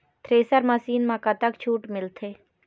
Thresher machine म कतक छूट मिलथे?